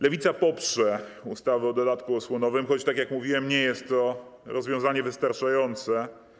Lewica poprze ustawę o dodatku osłonowym, choć - tak jak mówiłem - nie jest to rozwiązanie wystarczające.